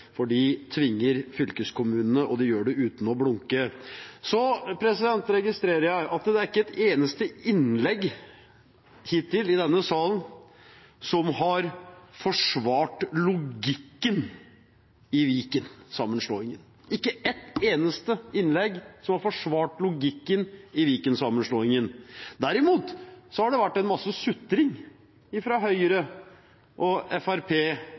for de tvinger fylkeskommunene, og de gjør det uten å blunke. Jeg registrerer at det hittil ikke er et eneste innlegg som har forsvart logikken i Viken-sammenslåingen – ikke et eneste innlegg har forsvart logikken i Viken-sammenslåingen. Derimot har det vært en masse sutring fra Høyre, Fremskrittspartiet, Kristelig Folkeparti og